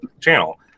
channel